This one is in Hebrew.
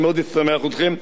מסמך שמאוד ישמח אתכם.